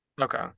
Okay